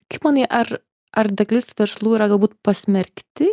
kaip manai ar ar dalis verslų yra galbūt pasmerkti